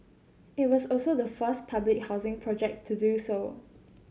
it was also the first public housing project to do so